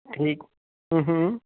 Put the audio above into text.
ਠੀਕ